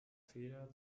feder